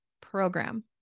program